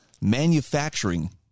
manufacturing